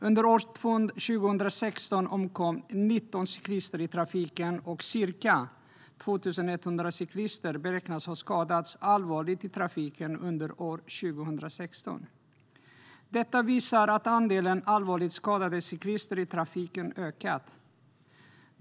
Under år 2016 omkom 19 cyklister i trafiken, och ca 2 100 cyklister beräknas ha skadats allvarligt. Detta visar att andelen allvarligt skadade cyklister i trafiken har ökat.